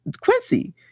Quincy